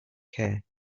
care